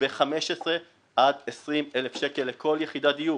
ב-15 עד 20 אלף שקל לכל יחידת דיור.